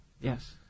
Yes